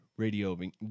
radioing